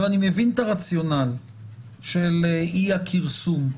אני מבין את הרציונל של אי הכרסום,